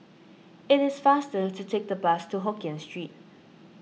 it is faster to take the bus to Hokkien Street